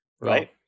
Right